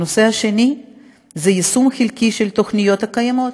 הנושא השני הוא יישום חלקי של התוכניות הקיימות.